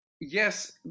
yes